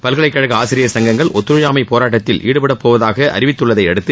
பல்கலைக்கழக ஆசிரியர் சங்கங்கள் ஒத்துழையாமை போராட்டத்தில் ஈடுபட போவதாக அறிவித்துள்ளதையடுத்து